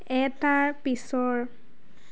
এটাৰ পিছৰ